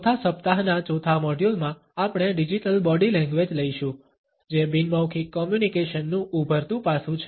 ચોથા સપ્તાહના ચોથા મોડ્યુલ માં આપણે ડિજિટલ બોડી લેંગ્વેજ લઈશું જે બિન મૌખિક કોમ્યુનિકેશન નું ઉભરતું પાસું છે